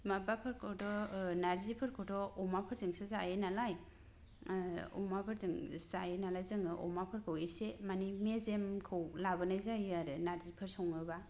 माबाफोरखौथ' नारजिफोरखौथ' अमाफोरजोंसो जायो नालाय अमाफोरजों जायो नालाय जोङो अमाफोरखौ एसे मानि मेजेमखौ लाबोनाय जायो आरो नारजिफोर सङोब्ला